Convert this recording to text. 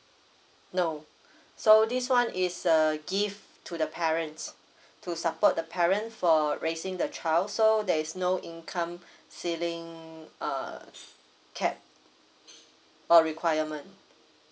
no so this one is err gift to the parents to support the parent for raising the child so there is no income ceiling err cap or requirement